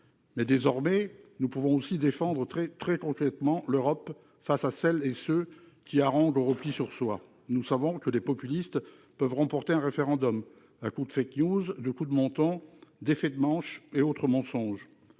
mais, désormais, nous devons aussi défendre très concrètement l'Europe face à celles et ceux qui appellent au repli sur soi. Nous savons que les populistes peuvent remporter un référendum, à force de, de coups de menton, d'effets de manche et autres mensonges.